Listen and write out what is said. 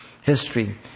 history